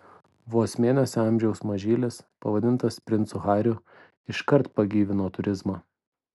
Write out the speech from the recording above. vos mėnesio amžiaus mažylis pavadintas princu hariu iškart pagyvino turizmą